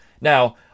Now